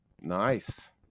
Nice